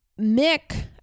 Mick